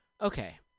Okay